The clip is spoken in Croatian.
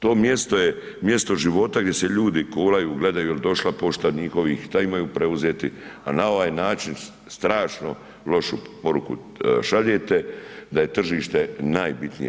To mjesto je mjesto života gdje se ljudi kolaju, gledaju je li došla pošta od njihovih, šta imaju preuzeti a na ovaj način strašno lošu poruku šaljete da je tržište najbitnije.